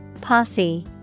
Posse